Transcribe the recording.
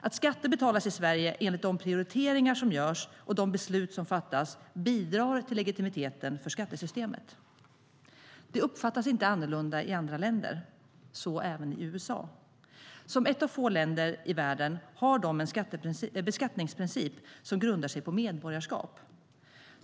Att skatter betalas i Sverige enligt de prioriteringar som görs och de beslut som fattas bidrar till legitimiteten för skattesystemet. Det uppfattas inte annorlunda i andra länder, inte heller i USA. Som ett av få länder i världen har USA en beskattningsprincip som grundar sig på medborgarskap.